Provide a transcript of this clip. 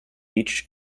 each